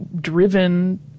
Driven